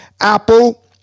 Apple